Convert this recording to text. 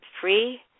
free